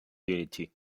unity